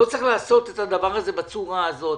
לא צריך לעשות את הדבר הזה בצורה הזאת,